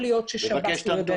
להיות ששב"ס לא יודע את הדברים האלה.